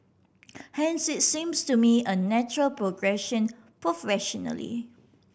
hence it's seems to me a natural progression professionally